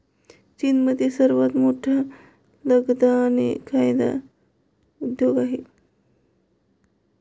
चीनमध्ये सर्वात मोठा लगदा आणि कागद उद्योग आहे